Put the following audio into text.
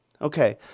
Okay